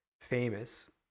famous